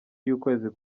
y’ukwezi